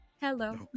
Hello